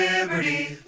Liberty